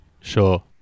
Sure